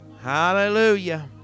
Hallelujah